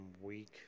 weak